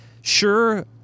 sure